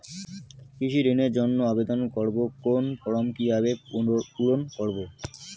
কৃষি ঋণের জন্য আবেদন করব কোন ফর্ম কিভাবে পূরণ করব?